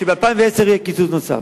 שב-2010 יהיה קיצוץ נוסף.